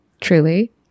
truly